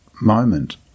moment